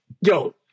Yo